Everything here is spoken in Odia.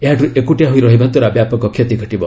ଏହାଠୁ ଏକୁଟିଆ ହୋଇ ରହିବା ଦ୍ୱାରା ବ୍ୟାପକ କ୍ଷତି ଘଟିବ